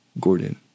Gordon